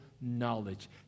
knowledge